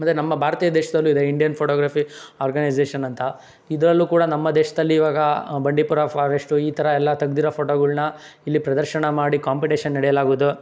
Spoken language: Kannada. ಮತ್ತು ನಮ್ಮ ಭಾರತೀಯ ದೇಶದಲ್ಲೂ ಇದೆ ಇಂಡಿಯನ್ ಫೋಟೋಗ್ರಫಿ ಆರ್ಗನೈಝೇಷನ್ ಅಂತ ಇದರಲ್ಲೂ ಕೂಡ ನಮ್ಮ ದೇಶ್ದಲ್ಲಿ ಇವಾಗ ಬಂಡೀಪುರ ಫಾರೆಸ್ಟು ಈ ಥರ ಎಲ್ಲ ತೆಗ್ದಿರೋ ಫೋಟೋಗಳ್ನ ಇಲ್ಲಿ ಪ್ರದರ್ಶನ ಮಾಡಿ ಕಾಂಪಿಟೀಷನ್ ನಡೆಸಲಾಗುವುದು